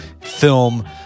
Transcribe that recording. film